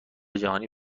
جهانی